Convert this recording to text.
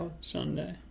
Sunday